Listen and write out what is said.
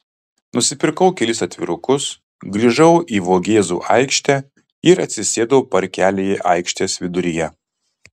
nusipirkau kelis atvirukus grįžau į vogėzų aikštę ir atsisėdau parkelyje aikštės viduryje